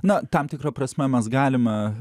na tam tikra prasme mes galime